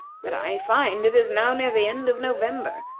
that i find it is now near the end of november,